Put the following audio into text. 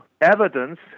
evidence